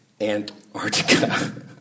Antarctica